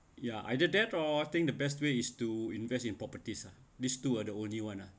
ya either that or I think the best way is to invest in properties ah these two are the only [one] ah